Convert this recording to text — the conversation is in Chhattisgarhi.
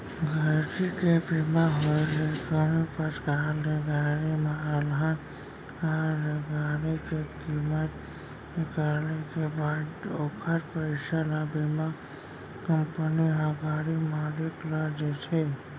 गाड़ी के बीमा होय ले कोनो परकार ले गाड़ी म अलहन आय ले गाड़ी के कीमत निकाले के बाद ओखर पइसा ल बीमा कंपनी ह गाड़ी मालिक ल देथे